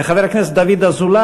וחבר הכנסת דוד אזולאי,